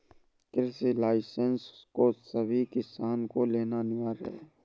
कृषि लाइसेंस को सभी किसान को लेना अनिवार्य है